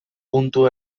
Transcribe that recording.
puntu